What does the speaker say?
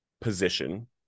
position